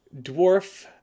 dwarf